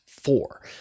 four